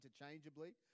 interchangeably